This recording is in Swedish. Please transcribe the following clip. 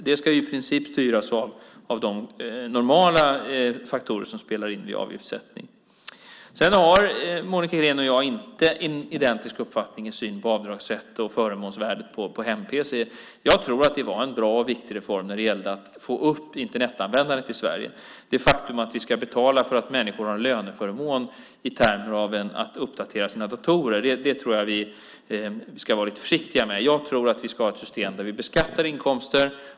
Det ska i princip styras av de normala faktorer som spelar in vid avgiftssättning. Sedan har Monica Green och jag inte en identisk uppfattning i synen på avdragsrätt och förmånsvärde när det gäller hem-pc. Jag tror att det var en bra och viktig reform när det gällde att få upp Internetanvändandet i Sverige. Att betala för att människor har en löneförmån i termer av att uppdatera sina datorer tror jag att vi ska vara lite försiktiga med. Jag tror att vi ska ha ett system där vi beskattar inkomster.